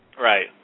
Right